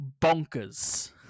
bonkers